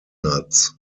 nuts